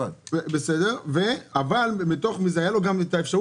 אבל מתוך זה הייתה לו גם האפשרות,